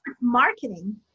marketing